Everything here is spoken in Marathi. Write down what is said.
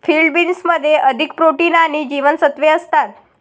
फील्ड बीन्समध्ये अधिक प्रोटीन आणि जीवनसत्त्वे असतात